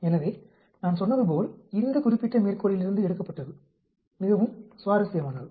எனவே நான் சொன்னது போல் இது இந்த குறிப்பிட்ட மேற்கோளிலிருந்து இருந்து எடுக்கப்பட்டது மிகவும் சுவாரஸ்யமானது